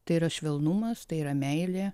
tai yra švelnumas tai yra meilė